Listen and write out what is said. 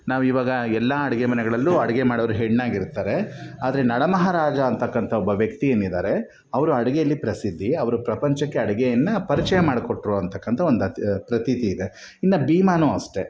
ನಾವು ಇವಾಗ ಎಲ್ಲ ಅಡುಗೆ ಮನೆಗಳಲ್ಲೂ ಅಡುಗೆ ಮಾಡೋರು ಹೆಣ್ಣಾಗಿರ್ತಾರೆ ಆದರೆ ನಳ ಮಹಾರಾಜ ಅಂತಕ್ಕಂಥ ಒಬ್ಬ ವ್ಯಕ್ತಿ ಏನು ಇದಾರೆ ಅವರು ಅಡುಗೆಯಲ್ಲಿ ಪ್ರಸಿದ್ಧಿ ಅವರು ಪ್ರಪಂಚಕ್ಕೆ ಅಡುಗೆಯನ್ನ ಪರಿಚಯ ಮಾಡಿಕೊಟ್ರು ಅಂತಕ್ಕಂಥ ಒಂದು ಅಂತ್ ಪ್ರತೀತಿ ಇದೆ ಇನ್ನು ಭೀಮಾನು ಅಷ್ಟೇ